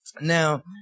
Now